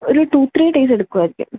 ഒരു two three days എടുക്കോരിക്കും